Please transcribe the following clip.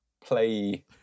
play